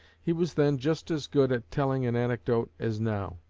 he was then just as good at telling an anecdote as now.